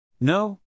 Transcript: No